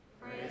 Praise